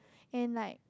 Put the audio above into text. and like